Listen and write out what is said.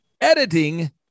editing